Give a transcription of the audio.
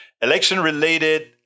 Election-related